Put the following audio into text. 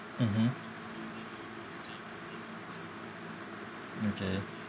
mmhmm okay